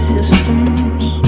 systems